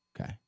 Okay